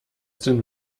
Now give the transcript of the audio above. denn